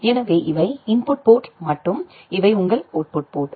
எனவே இவை input port மற்றும் இவை உங்கள் அவுட்புட் போர்ட்